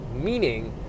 meaning